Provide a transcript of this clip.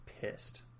pissed